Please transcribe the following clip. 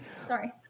Sorry